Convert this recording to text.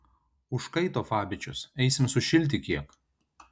užkaito fabičius eisim sušilti kiek